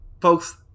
Folks